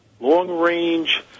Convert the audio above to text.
Long-range